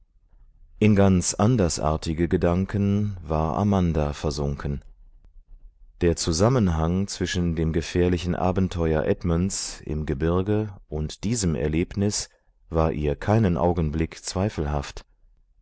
in ganz andersartige gedanken war amanda versunken der zusammenhang zwischen dem gefährlichen abenteuer edmunds im gebirge und diesem erlebnis war ihr keinen augenblick zweifelhaft